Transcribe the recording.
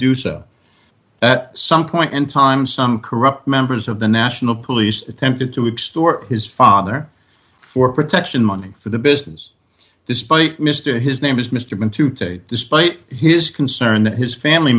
do so at some point in time some corrupt members of the national police attempted to extort his father for protection money for the business despite mister his name is mister meant to take despite his concern his family